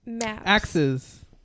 Axes